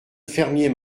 fermier